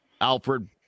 Alfred